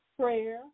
prayer